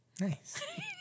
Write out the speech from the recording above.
Nice